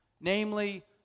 namely